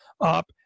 up